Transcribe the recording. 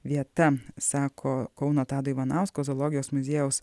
vieta sako kauno tado ivanausko zoologijos muziejaus